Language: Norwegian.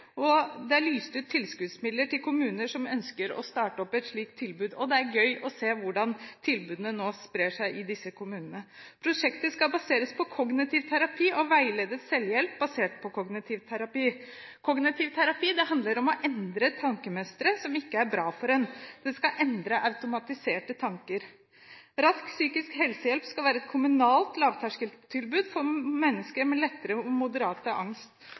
og det er lyst ut tilskuddsmidler til kommuner som ønsker å starte opp et slikt tilbud. Det er gøy å se hvordan tilbudene nå sprer seg i disse kommunene. Prosjektet skal baseres på kognitiv terapi og veiledet selvhjelp basert på kognitiv terapi. Kognitiv terapi handler om å endre tankemønstre som ikke er bra for en. Det skal endre automatiserte tanker. Rask psykisk helsehjelp skal være et kommunalt lavterskeltilbud for mennesker med lettere og moderate angst-